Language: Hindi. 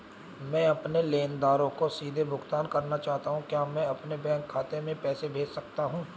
मैं अपने लेनदारों को सीधे भुगतान करना चाहता हूँ क्या मैं अपने बैंक खाते में पैसा भेज सकता हूँ?